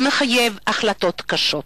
זה מחייב החלטות קשות,